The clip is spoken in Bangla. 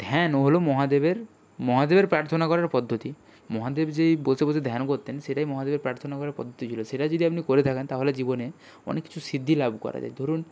ধ্যান হলো মহাদেবের মহাদেবের প্রার্থনা করার পদ্ধতি মহাদেব যে এই বসে বসে ধ্যান করতেন সেটাই মহাদেবের প্রার্থনা করার পদ্ধতি ছিল সেটা যদি আপনি করে থাকেন তাহলে জীবনে অনেক কিছু সিদ্ধি লাভ করা যায় ধরুন